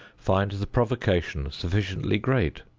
find the provocation sufficiently great.